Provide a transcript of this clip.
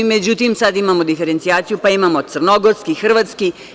Međutim, sad imamo diferencijaciju, pa imao crnogorski, hrvatski.